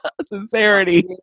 sincerity